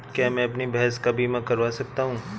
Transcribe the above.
क्या मैं अपनी भैंस का बीमा करवा सकता हूँ?